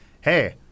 hey